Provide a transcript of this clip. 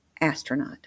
astronaut